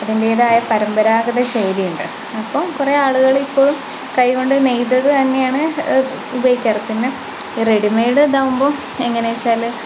അതിൻ്റേതായ പരമ്പരാഗത ശൈലിയുണ്ട് അപ്പം കുറേ ആളുകൾ ഇപ്പോഴും കൈ കൊണ്ട് നെയ്തത് തന്നെയാണ് ഉപയോഗിക്കാറ് പിന്നെ റെഡി ഇതാകുമ്പോൾ എങ്ങനെ വെച്ചാൽ